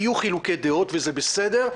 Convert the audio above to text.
יהיו חילוקי דעות וזה בסדר,